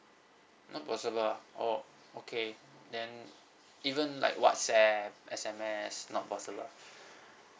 not possible ah oh okay then even like WhatsApp S_M_S not possible